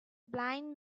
blind